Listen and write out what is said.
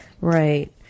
right